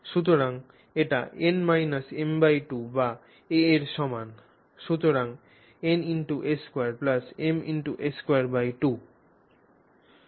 সুতরাং এটি n m2 বা a এর সমান সুতরাং na2m a22